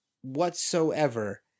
whatsoever